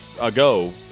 ago